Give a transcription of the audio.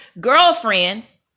girlfriends